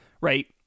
right